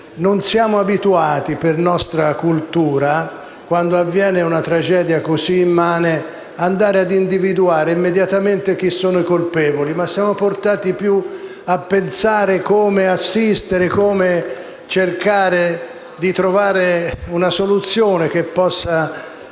Non siamo abituati per nostra cultura, quando avviene una tragedia così immane, ad individuare immediatamente chi sono i colpevoli, ma siamo più portati a pensare come assistere e cercare di trovare una soluzione che possa